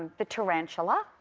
the tarantula.